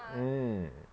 mm